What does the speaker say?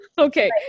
Okay